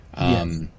Yes